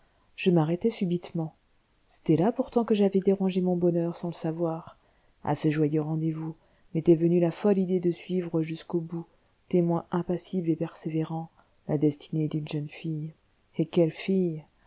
je m'arrêtai subitement c'était là pourtant que j'avais dérangé mon bonheur sans le savoir à ce joyeux rendez-vous m'était venue la folle idée de suivre jusqu'au bout témoin impassible et persévérant la destinée d'une jeune fille et quelle fille